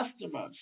customers